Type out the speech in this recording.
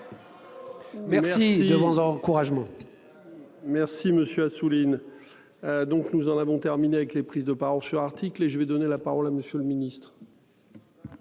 Merci de vos encouragements. Merci monsieur Assouline. Donc nous en avons terminé avec les prises de parole sur article et je vais donner la parole à monsieur le ministre.